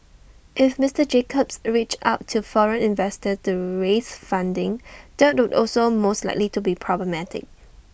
if Mister Jacobs reached out to foreign investors to raise funding that would also most likely be problematic